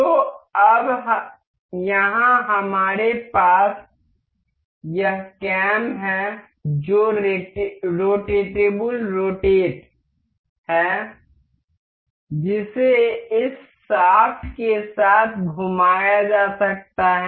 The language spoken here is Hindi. तो अब यहाँ हमारे पास यह कैम है जो रोटेटेबल रोटेट है जिसे इस शाफ्ट के साथ घुमाया जा सकता है